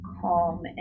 calm